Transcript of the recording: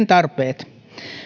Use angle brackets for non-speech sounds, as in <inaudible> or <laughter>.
<unintelligible> tarpeet